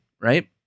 right